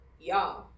y'all